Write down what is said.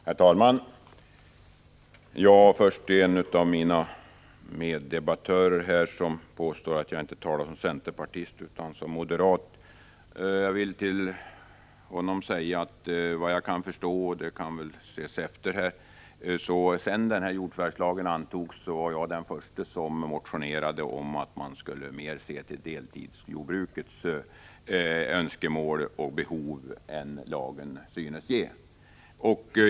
Herr talman! Till en av mina meddebattörer, som påstår att jag inte talar som centerpartist utan som moderat, vill jag säga: Såvitt jag förstår var jag den förste som, sedan jordförvärvslagen antagits, motionerade om att man mer skulle se till deltidsjordbrukets önskemål och behov än vad lagen synes innebära.